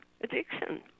addiction